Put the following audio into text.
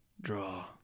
draw